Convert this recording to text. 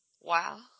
Wow